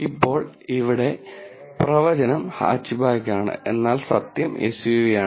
ഇപ്പോൾ ഇവിടെ പ്രവചനം ഹാച്ച്ബാക്ക് ആണ് എന്നാൽ സത്യം എസ്യുവിയാണ്